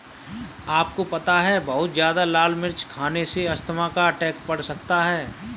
आपको पता है बहुत ज्यादा लाल मिर्च खाने से अस्थमा का अटैक पड़ सकता है?